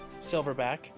Silverback